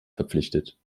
verpflichtet